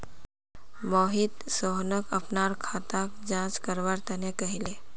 मोहित सोहनक अपनार खाताक जांच करवा तने कहले